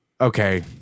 okay